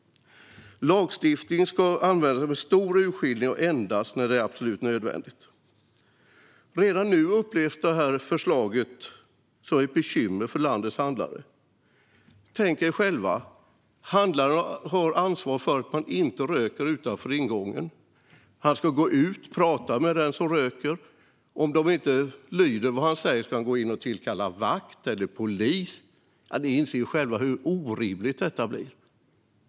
Lagstiftning ska användas med stor urskillning och endast när det är absolut nödvändigt. Redan nu upplevs detta förslag som ett bekymmer för landets handlare. Tänk er själva: Handlaren har ansvar för att ingen röker utanför ingången. Han ska gå ut och prata med dem som röker. Om de inte lyder och gör som han säger ska han gå in och tillkalla vakt eller polis. Ni inser själva hur orimligt detta blir.